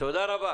תודה רבה.